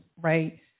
right